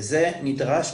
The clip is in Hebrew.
וזה נדרש,